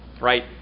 right